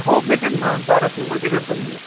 हो भेटेल ना धाराशिवमध्ये भेटून जाईल